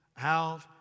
out